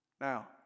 Now